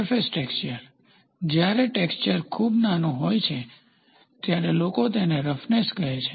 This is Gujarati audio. સરફેસ ટેક્સચર જ્યારે ટેક્સચર ખૂબ નાનું હોય છે ત્યારે લોકો તેને રફનેસ કહે છે